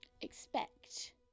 expect